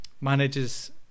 manages